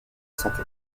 santé